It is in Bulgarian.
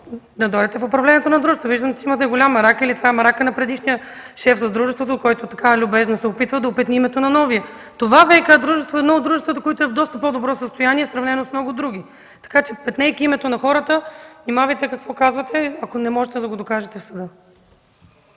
да дойдете в управлението на дружеството. Виждам, че имате голям мерак или това е меракът на предишния шеф на дружеството, който така любезно се опитва да опетни името на новия. Това ВиК дружество е едно от дружествата, които е в доста по-добро състояние в сравнение с много други. Петнейки името на хората, внимавайте какво казвате, ако не можете да го докажете в съда.